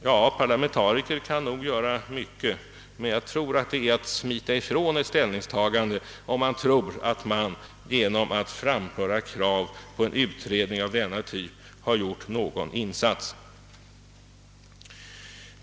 Ja, parlamentariker kan nog göra mycket, men jag tycker att det är att smita ifrån ett ställningstagande, om man tror att man genom att framföra krav på en utredning av denna typ har gjort en insats.